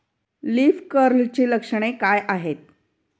Leaf कर्लची लक्षणे काय आहेत?